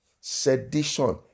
sedition